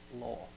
law